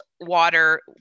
water